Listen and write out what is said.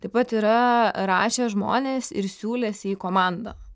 taip pat yra rašę žmonės ir siūlėsi į komandą